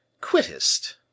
quittest